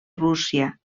rússia